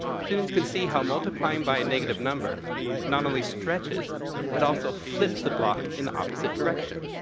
students can see how multiplying by a negative number not only stretches but also flips the block in opposite direction.